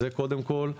זה קודם כל.